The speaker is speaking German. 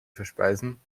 verspeisen